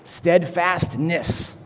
Steadfastness